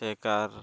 car